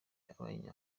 abanye